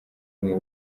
w’u